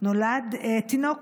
נולד תינוק,